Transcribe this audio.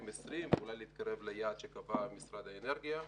ואולי להתקרב ליעד שקבע משרד האנרגיה.